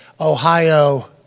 ohio